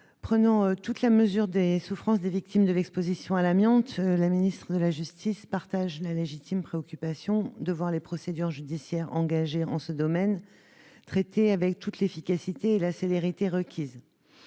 prenant toute la mesure des souffrances des victimes de l'exposition à l'amiante, la ministre de la justice partage la légitime préoccupation de voir les procédures judiciaires engagées en ce domaine traitées avec toute l'efficacité et la célérité requises.